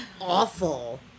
awful